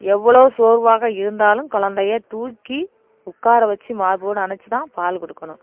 எவ்வளவு சோர்வாக இருந்தாலும் குழந்தைய தூக்கி உட்கார வச்சு மார்போடு அணைத்து தான் பால் கொடுக்கணும்